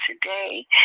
today